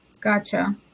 Gotcha